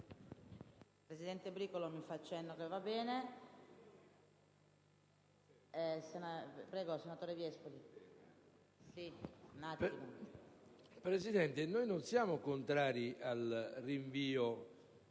Presidente, noi non siamo contrari al rinvio